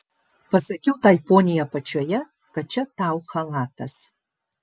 pasakiau tai poniai apačioje kad čia tau chalatas